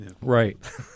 Right